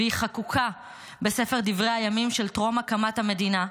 והיא חקוקה בספר דברי הימים של טרום הקמת המדינה.